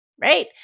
Right